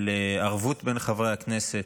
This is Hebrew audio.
של ערבות בין חברי הכנסת,